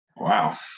Wow